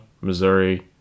Missouri